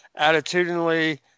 attitudinally